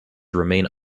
remain